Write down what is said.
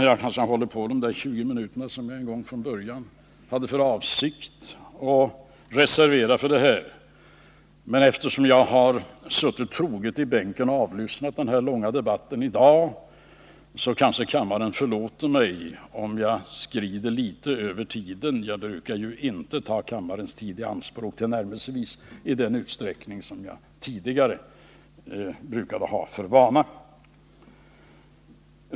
Jag kanske har hållit på i de 20 minuter som jag antecknade mig för, men eftersom jag har suttit troget i bänken och avlyssnat den här långa debatten i dag kanske kammaren förlåter mig om jag litet överskrider tiden. Jag brukar ju inte ta kammarens tid i anspråk tillnärmelsevis i den utsträckning som jag tidigare haft för vana att göra.